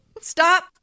Stop